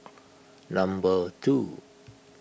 number two